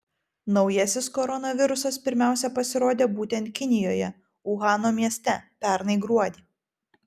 naujasis koronavirusas pirmiausia pasirodė būtent kinijoje uhano mieste pernai gruodį